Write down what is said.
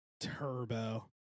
Turbo